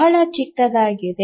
ಬಹಳ ಚಿಕ್ಕದಾಗಿದೆ